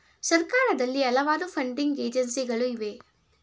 ಸರ್ಕಾರದಲ್ಲಿ ಹಲವಾರು ಫಂಡಿಂಗ್ ಏಜೆನ್ಸಿಗಳು ಇವೆ